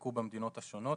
שחוקקו במדינות השונות.